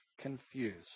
confused